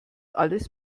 alles